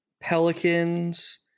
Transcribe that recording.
Pelicans